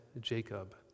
Jacob